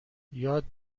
یاد